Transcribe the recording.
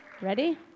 Ready